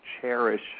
cherish